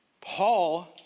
Paul